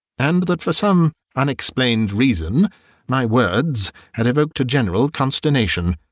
and that for some unexplained reason my words had evoked a general consternation.